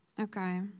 Okay